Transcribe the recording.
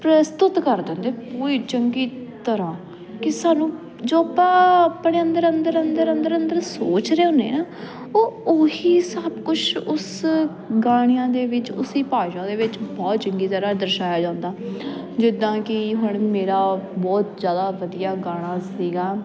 ਪ੍ਰਸਤੁਤ ਕਰ ਦਿੰਦੇ ਕੋਈ ਚੰਗੀ ਤਰ੍ਹਾਂ ਕਿ ਸਾਨੂੰ ਜੋ ਆਪਾਂ ਆਪਣੇ ਅੰਦਰ ਅੰਦਰ ਅੰਦਰ ਅੰਦਰ ਅੰਦਰ ਸੋਚ ਰਹੇ ਹੁੰਦੇ ਹਾਂ ਉਹ ਉਹੀ ਸਭ ਕੁਛ ਉਸ ਗਾਣਿਆਂ ਦੇ ਵਿੱਚ ਉਸੀ ਭਾਸ਼ਾ ਦੇ ਵਿੱਚ ਬਹੁਤ ਚੰਗੀ ਤਰ੍ਹਾਂ ਦਰਸਾਇਆ ਜਾਂਦਾ ਜਿੱਦਾਂ ਕਿ ਹੁਣ ਮੇਰਾ ਬਹੁਤ ਜ਼ਿਆਦਾ ਵਧੀਆ ਗਾਣਾ ਸੀਗਾ